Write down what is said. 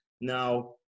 now